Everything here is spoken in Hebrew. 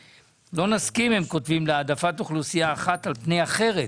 עוד הם כותבים: "לא נסכים להעדפת אוכלוסייה אחת על פני אחרת".